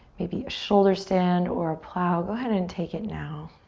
maybe a shoulder stand or a plow, go ahead and take it now.